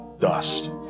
Dust